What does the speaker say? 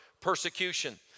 Persecution